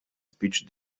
speech